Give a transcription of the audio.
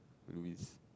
Louis